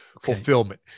fulfillment